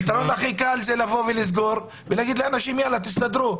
הפתרון הכי קל זה לסגור ולהגיד לאנשים שיסתדרו.